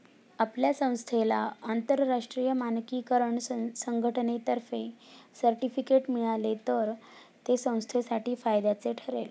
आपल्या संस्थेला आंतरराष्ट्रीय मानकीकरण संघटनेतर्फे सर्टिफिकेट मिळाले तर ते संस्थेसाठी फायद्याचे ठरेल